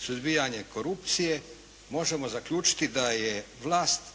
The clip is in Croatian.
suzbijanje korupcije, možemo zaključiti da je vlast,